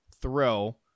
throw